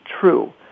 True